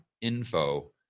info